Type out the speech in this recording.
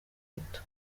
gito